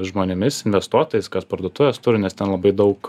žmonėmis investuotojais kas parduotuves turi nes ten labai daug